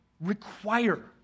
require